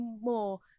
more